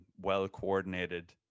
well-coordinated